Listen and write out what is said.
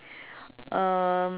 um